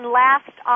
last